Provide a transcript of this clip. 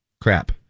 Crap